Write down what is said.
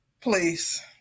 Please